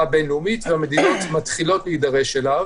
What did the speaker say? הבין לאומית והמדינות מתחילות להידרש אליו.